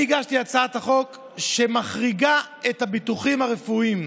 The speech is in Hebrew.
אני הגשתי הצעת חוק שמחריגה את הביטוחים הרפואיים.